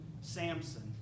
Samson